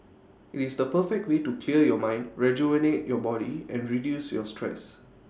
IT is the perfect way to clear your mind rejuvenate your body and reduce your stress